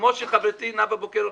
כמו שחברתי נאוה בוקר,